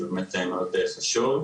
זה באמת מאוד חשוב.